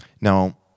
Now